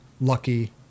Lucky